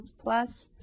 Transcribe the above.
plus